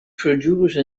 produce